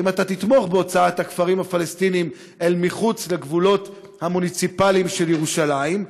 בהוצאת הכפרים הפלסטיניים אל מחוץ לגבולות המוניציפליים של ירושלים?